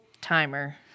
timer